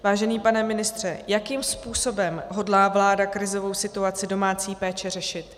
Vážený pane ministře, jakým způsobem hodlá vláda krizovou situaci domácí péče řešit?